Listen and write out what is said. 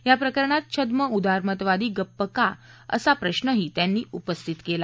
याप्रकरणात छ्य उदारमतवादी गप्प का असा प्रश्नही त्यांनी उपस्थित केला